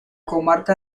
comarca